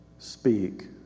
speak